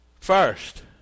First